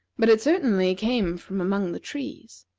but it certainly came from among the trees.